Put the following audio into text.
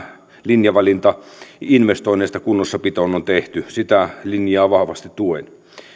linjavalinta investoinneista kunnossapitoon on tehty sitä linjaa vahvasti tuen